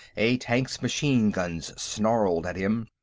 a tank's machine guns snarled at him,